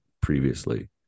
previously